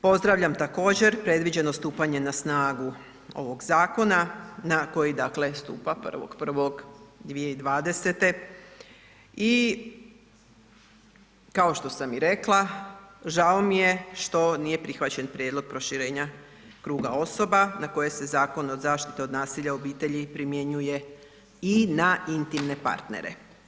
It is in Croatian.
Pozdravljam također predviđeno stupanje na snagu ovog zakona, na koji dakle stupa 1.1.2020. i kao što sam i rekla žao mi je što nije prihvaćen prijedlog proširenja kruga osoba na koje se Zakon od zaštite od nasilja u obitelji primjenjuje i na intimne partnere.